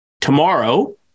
tomorrow